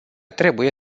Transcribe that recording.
trebuie